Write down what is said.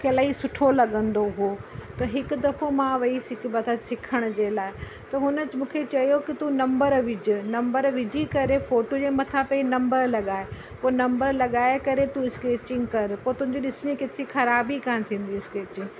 मूंखे इलाही सुठो लॻंदो हुओ त हिकु दफ़ो मां वई हुअसि हिकु मत सिखण जे लाइ त हुन मूंखे चयो की तूं नम्बर विझ नम्बर विझी करे फोटो जे मथां पहिरीं नम्बर लॻाए पोइ नम्बर लॻाए करे तू स्कैचिंग कर पोइ तुंहिंजी ॾिसजे किथे ख़राबु ई कोन थींदी स्कैचिंग